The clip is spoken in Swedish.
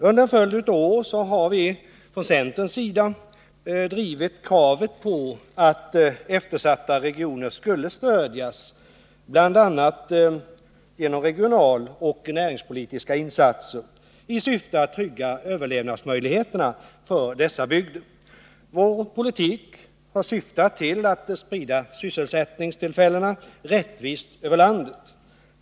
Under en följd av år har vi från centerns sida drivit kravet på att eftersatta regioner skulle stödjas genom bl.a. regionaloch näringspolitiska insatser i syfte att trygga överlevnadsmöjligheterna för dessa bygder. Vår politik har syftat till att sprida sysselsättningstillfällena rättvist över landet.